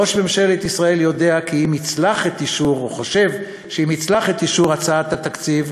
ראש ממשלת ישראל חושב כי אם יצלח את אישור הצעת התקציב,